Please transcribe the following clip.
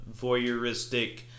voyeuristic